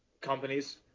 companies